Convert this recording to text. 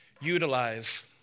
Utilize